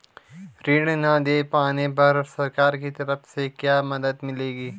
ऋण न दें पाने पर सरकार की तरफ से क्या मदद मिलेगी?